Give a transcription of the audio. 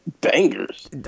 bangers